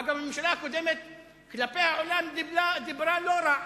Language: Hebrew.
אגב, הממשלה הקודמת כלפי העולם דיברה לא רע,